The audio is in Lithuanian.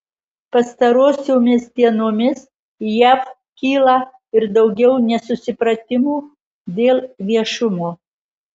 pastarosiomis dienomis jav kyla ir daugiau nesusipratimų dėl viešumo